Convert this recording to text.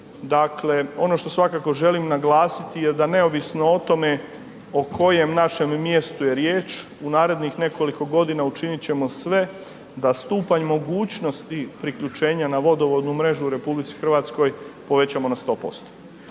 dakle ono što svakako želim naglasiti je da neovisno o tome o kojem našem mjestu je riječ, u narednih nekoliko godina učinit ćemo sve da stupanj mogućnosti priključenja na vodovodnu mrežu u RH povećamo na 100%.